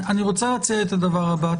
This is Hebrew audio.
אני רוצה להציע את הדבר הבא.